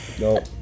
no